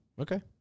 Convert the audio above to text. Okay